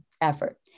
effort